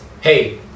hey